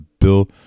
Bill